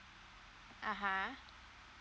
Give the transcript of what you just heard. uh !huh!